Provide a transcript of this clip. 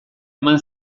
eman